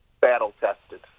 battle-tested